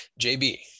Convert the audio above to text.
JB